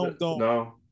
No